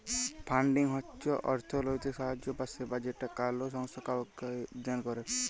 funding হচ্ছ অর্থলৈতিক সাহায্য বা সেবা যেটা কোলো সংস্থা কাওকে দেন করেক